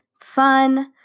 fun